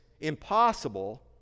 impossible